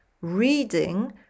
reading